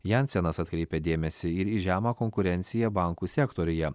jensenas atkreipia dėmesį ir į žemą konkurenciją bankų sektoriuje